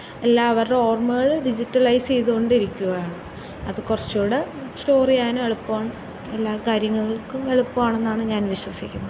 എല്ലാവരുടെ ഓർമ്മകൾ ഡിജിറ്റലൈസ് ചെയ്തു കൊണ്ടിരിക്കുകയാണ് അത് കുറച്ചും കൂടി സ്റ്റോർ ചെയ്യാനും എളുപ്പം എല്ലാം കാര്യങ്ങൾക്കും എളുപ്പമാണെന്നാണ് ഞാൻ വിശ്വസിക്കുന്നത്